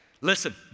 Listen